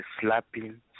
slapping